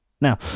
Now